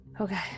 Okay